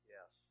Yes